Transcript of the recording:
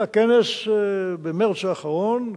היה כנס במרס האחרון,